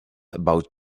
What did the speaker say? about